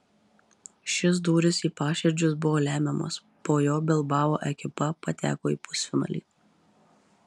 šis dūris į paširdžius buvo lemiamas po jo bilbao ekipa pateko į pusfinalį